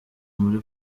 muri